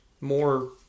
more